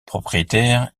propriétaire